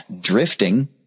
drifting